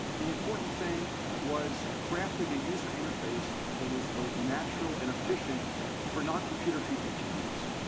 the important thing was crafting a user interface that was both natural and efficient for noncomputer people to use.